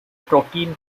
protein